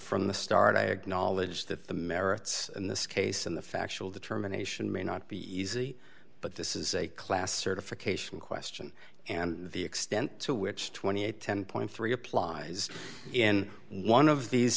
from the start i acknowledge that the merits in this case and the factual determination may not be easy but this is a class certification question and the extent to which two thousand eight hundred and ten point three applies in one of these